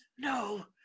No